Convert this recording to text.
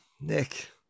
Nick